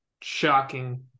shocking